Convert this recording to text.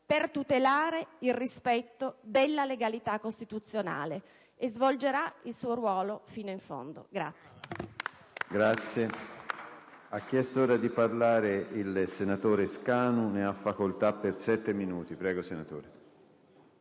per tutelare il rispetto della legalità costituzionale e svolgerà il suo ruolo fino in fondo.